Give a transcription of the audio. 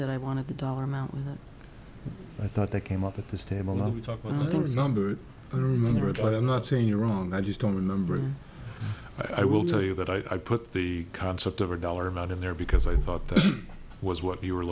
that i wanted the dollar amount and i thought that came up at this table not to talk with this number i don't remember but i'm not saying you're wrong i just don't remember i will tell you that i put the concept of a dollar amount in there because i thought that was what you were